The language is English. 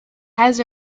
has